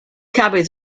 copies